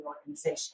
organization